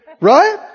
Right